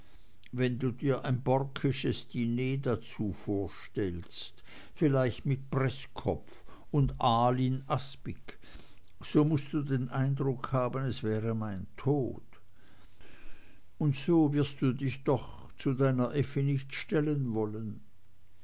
wenn du dir ein borckesches diner dazu vorstellst vielleicht mit preßkopf und aal in aspik so mußt du den eindruck haben es wäre mein tod und so wirst du dich doch zu deiner effi nicht stellen wollen